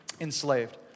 enslaved